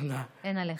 אין עליך.